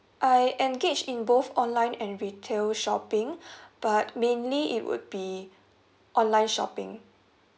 I engage in both online and retail shopping but mainly it would be online shopping